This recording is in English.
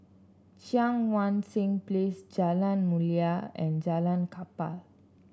Cheang Wan Seng Place Jalan Mulia and Jalan Kapal